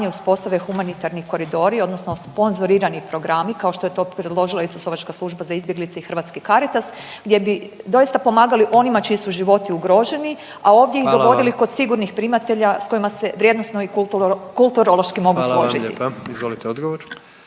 uspostave humanitarni koridori odnosno sponzorirani programi kao što je to predložila Isusovačka služba za izbjeglice i Hrvatski Caritas gdje bi doista pomagali onima čiji su životi ugroženi …/Upadica predsjednik: Hvala vam./… a ovdje ih dovodili kod sigurnih primatelja s kojima se vrijednosno i kulturološki mogu složiti. **Jandroković, Gordan